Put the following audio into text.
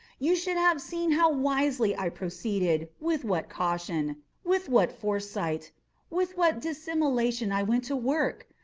you should have seen how wisely i proceeded with what caution with what foresight with what dissimulation i went to work!